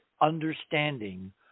understanding